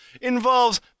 involves